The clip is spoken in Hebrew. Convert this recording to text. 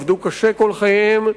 עבדו קשה כל חייהם,